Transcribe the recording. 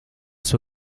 suo